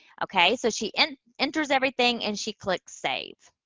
okay? so, she and enters everything and she clicks save.